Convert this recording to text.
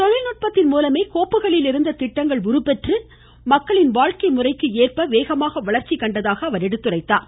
தொழில்நுட்பத்தின் மூலமே கோப்புகளிலிருந்த திட்டங்கள் உருப்பெற்று மக்களின் வாழ்க்கை முறைக்கு ஏற்ப வேகமாக வளர்ச்சி அடைந்ததாக கூறினார்